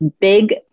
Big